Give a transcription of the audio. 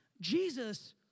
Jesus